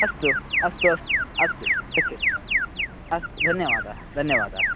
अस्तु अस्तु अस्तु अस्तु टेक्केर् अस्तु धन्यवादः धन्यवादः